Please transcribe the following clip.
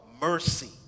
mercy